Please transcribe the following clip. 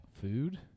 food